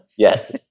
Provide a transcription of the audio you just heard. Yes